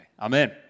Amen